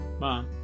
Mom